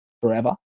forever